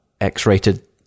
X-rated